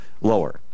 lower